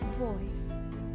voice